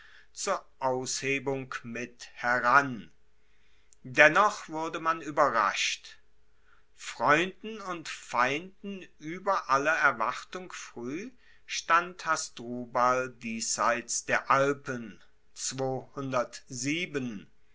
zur aushebung mit heran dennoch wurde man ueberrascht freunden und feinden ueber alle erwartung frueh stand hasdrubal diesseits der alpen